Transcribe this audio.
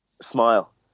smile